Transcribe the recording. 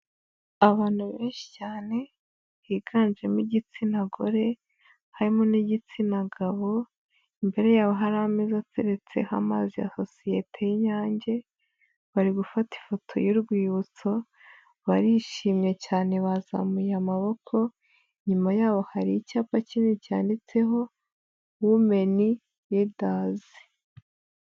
Abantu benshi cyane biganjemo igitsina gore harimo n'igitsina gabo, imbere yabo hari ameze ateretseho amazi ya sosiyete y'inyange, bari gufata ifoto y'urwibutso, barishimye cyane bazamuye amaboko, inyuma yaho hari icyapa kinini cyanditseho wumeni lidazi